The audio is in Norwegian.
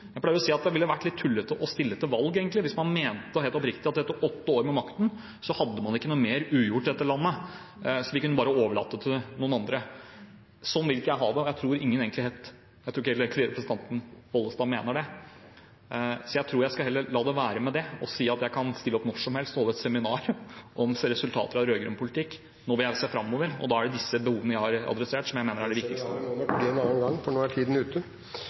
Jeg pleier å si at det egentlig ville vært litt tullete å stille til valg hvis man mente helt oppriktig at etter åtte år ved makten så hadde man ikke noe mer ugjort i dette landet, sånn at man bare kunne overlate den til noen andre. Sånn vil ikke jeg ha det, og jeg tror heller ikke egentlig representanten Bollestad mener det. Jeg tror jeg skal la det være med det, og si at jeg kan stille opp når som helst og holde et seminar om resultater av rød-grønn politikk. Nå vil jeg se framover, og da er det disse behovene jeg har adressert, som jeg mener er viktige. Det seminaret må nok bli en annen gang, for nå er tiden ute!